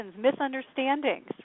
misunderstandings